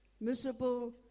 miserable